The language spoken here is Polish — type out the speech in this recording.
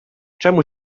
czemu